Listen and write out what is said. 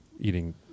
eating